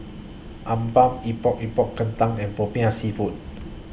Appam Epok Epok Kentang and Popiah Seafood